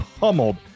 pummeled